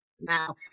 now